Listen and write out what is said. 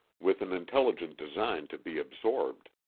with an intelligent design to be absorbed.